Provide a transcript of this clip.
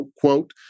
quote